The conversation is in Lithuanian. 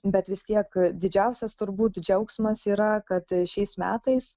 bet vis tiek didžiausias turbūt džiaugsmas yra kad šiais metais